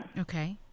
Okay